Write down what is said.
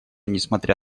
несмотря